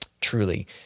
truly